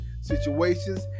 situations